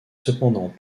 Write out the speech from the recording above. cependant